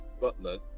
butler